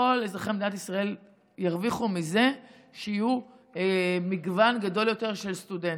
כל אזרחי מדינת ישראל ירוויחו מזה שיהיה מגוון גדול יותר של סטודנטים.